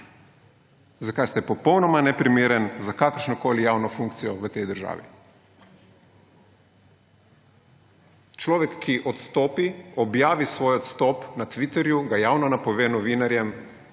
zakaj ste popolnoma neprimerni za kakršnokoli javno funkcijo v tej državi. Človek, ki odstopi, objavi svoj odstop na Twitterju, ga javno napove novinarjem,